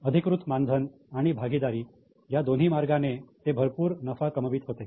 अधिकृत मानधन आणि भागीदारी या दोन्ही मार्गांनी ते भरपूर नफा कमवत होते